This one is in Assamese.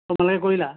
তোমালোকে কৰিলা